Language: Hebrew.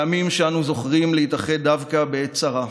פעמים שאנו זוכרים להתאחד דווקא בעת צרה,